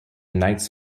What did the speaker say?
knights